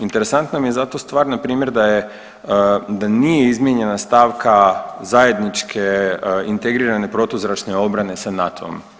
Interesantna mi je zato stvar na primjer da nije izmijenjena stavka zajedničke integrirane protuzračne obrane sa NATO-om.